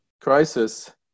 crisis